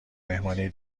مهمانی